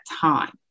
time